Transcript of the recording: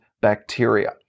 bacteria